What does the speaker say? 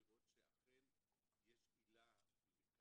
לראות שאכן יש עילה לכך